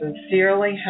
sincerely